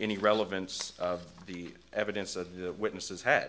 any relevance of the evidence of the witnesses had